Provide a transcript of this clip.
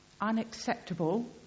unacceptable